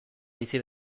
bizi